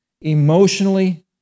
emotionally